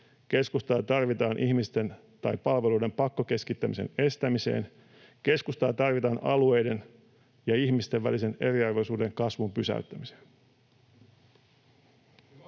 Keskustaa tarvitaan ihmisten tai palveluiden pakkokeskittämisen estämiseen. Keskustaa tarvitaan alueiden ja ihmisten välisen eriarvoisuuden kasvun pysäyttämiseen.